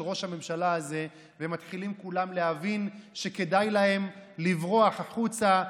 ומתחילים כולם להבין שכדאי להם לברוח החוצה,